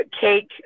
cake